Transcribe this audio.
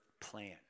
plan